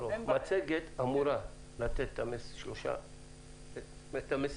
מצגת אמורה לתת מסרים.